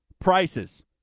prices